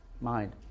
mind